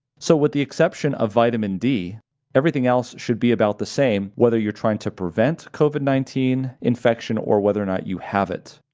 so with the exception of vitamin d everything else should be about the same whether you're trying to prevent covid nineteen infection or whether or not you have it.